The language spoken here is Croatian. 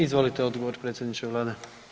Izvolite odgovor predsjedniče Vlade.